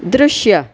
दृश्य